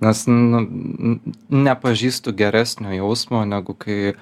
nes nu nepažįstu geresnio jausmo negu kai